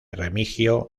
remigio